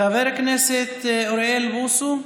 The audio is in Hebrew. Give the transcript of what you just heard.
חבר הכנסת אוריאל בוסו.